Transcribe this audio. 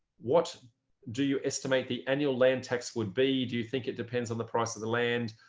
what do you estimate the annual land tax would be? do you think it depends on the price of the land?